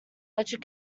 electric